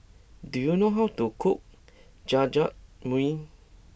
do you know how to cook Jajangmyeon